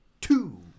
two